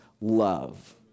love